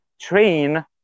train